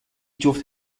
جفت